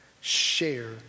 share